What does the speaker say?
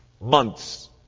Months